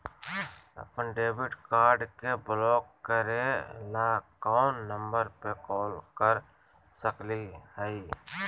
अपन debit card के block करे ला कौन नंबर पे कॉल कर सकली हई?